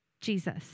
Jesus